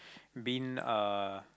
been uh